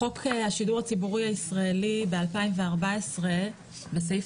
חוק השידור הציבורי הישראלי ב-2014 בסעיף